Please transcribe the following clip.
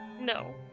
No